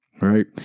right